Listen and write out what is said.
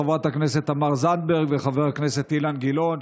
חברת הכנסת תמר זנדברג וחבר הכנסת אילן גילאון,